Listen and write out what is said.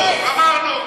עמדנו, גמרנו.